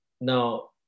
Now